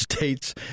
States